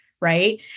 right